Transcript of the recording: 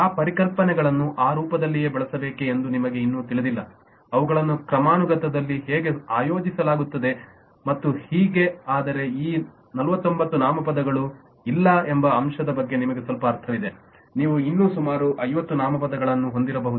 ಆ ಪರಿಕಲ್ಪನೆಗಳನ್ನು ಆ ರೂಪದಲ್ಲಿಯೇ ಬಳಸಬೇಕೆ ಎಂದು ನಿಮಗೆ ಇನ್ನೂ ತಿಳಿದಿಲ್ಲ ಅವುಗಳನ್ನು ಕ್ರಮಾನುಗತಗಳಲ್ಲಿ ಹೇಗೆ ಆಯೋಜಿಸಲಾಗುತ್ತದೆ ಮತ್ತು ಹೀಗೆ ಆದರೆ ಈ 49 ನಾಮಪದಗಳು ಇಲ್ಲ ಎಂಬ ಅಂಶದ ಬಗ್ಗೆ ನಿಮಗೆ ಸ್ವಲ್ಪ ಅರ್ಥವಿದೆ ನೀವು ಇನ್ನೂ ಸುಮಾರು 50 ನಾಮಪದಗಳ್ಳನ್ನು ಹೊಂದಿರಬಹುದು